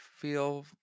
feel